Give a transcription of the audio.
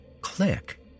click